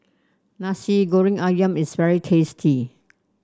Nasi Goreng ayam is very tasty